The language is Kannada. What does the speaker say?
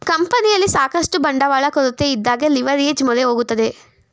ಕಂಪನಿಯಲ್ಲಿ ಸಾಕಷ್ಟು ಬಂಡವಾಳ ಕೊರತೆಯಿದ್ದಾಗ ಲಿವರ್ಏಜ್ ಮೊರೆ ಹೋಗುತ್ತದೆ